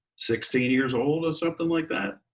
sixteen years old or something like that.